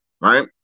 Right